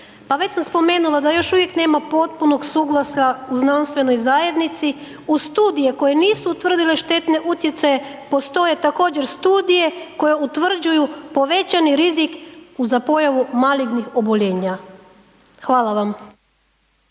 Pa već sam spomenula da još uvijek nema potpunog suglasja u znanstvenoj zajednici uz studije koje nisu utvrdile štetne utjecaje postoje također studije koje utvrđuju povećani rizik za pojavu malignih oboljenja. Hvala vam.